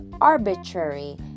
arbitrary